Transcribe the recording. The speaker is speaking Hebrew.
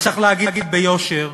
וצריך להגיד ביושר